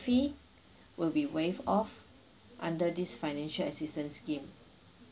fee will be waived off under this financial assistance scheme